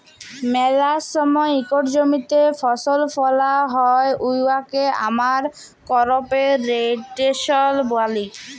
ম্যালা সময় ইকট জমিতে ফসল ফলাল হ্যয় উয়াকে আমরা করপ রটেশল ব্যলি